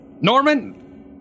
Norman